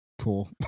Cool